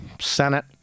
Senate